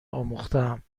آموختهام